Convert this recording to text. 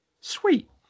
Sweet